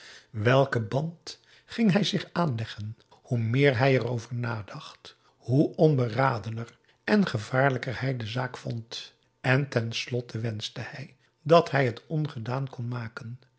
welken band ging hij zich aanleggen hoe meer hij erover nadacht hoe onberadener en gevaarlijker hij de zaak vond en ten slotte wenschte hij dat hij het ongedaan kon maken